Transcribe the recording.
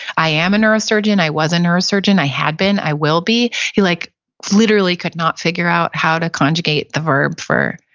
i am a neurosurgeon, i was a neurosurgeon. i had been, i will be. he like literally could not figure out how to conjugate the verb for